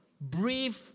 breathe